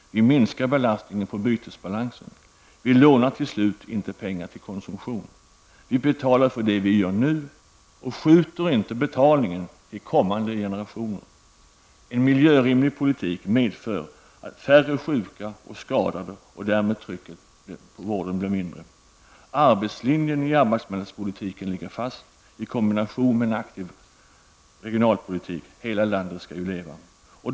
Vi minskar belastningen på bytesbalansen. Vi lånar till slut inte pengar till konsumtion. Vi betalar för det vi gör nu och skjuter inte på betalningen till kommande generationer. En miljörimlig politik medför färre sjuka och skadade och därmed blir trycket på vården mindre. Arbetslinjen i arbetsmarknadspolitiken ligger fast i kombination med en aktiv regionalpolitik. Hela Sverige skall ju leva.